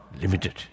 limited